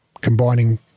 combining